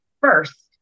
first